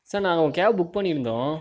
sir நாங்கள் உங்க cab book பண்ணியிருந்தோம்